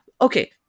okay